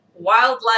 wildlife